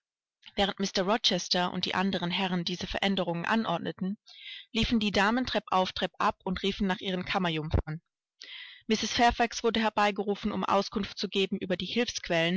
während mr rochester und die anderen herren diese veränderungen anordneten liefen die damen treppauf treppab und riefen nach ihren kammerjungfern mrs fairfax wurde herbeigerufen um auskunft zu geben über die